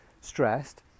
stressed